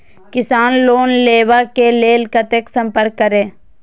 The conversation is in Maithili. किसान लोन लेवा के लेल कते संपर्क करें?